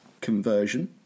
conversion